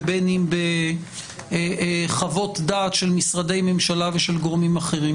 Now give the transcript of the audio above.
ובין אם בחוות דעת של משרדי ממשלה ושל גורמים אחרים